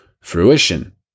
fruition